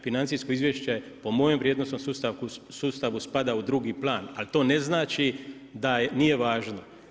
Financijsko izvješće po mojem vrijednosnom sustavu spada u drugi plan, ali to ne znači da nije važno.